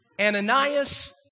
Ananias